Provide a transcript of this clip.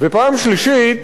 שלישית,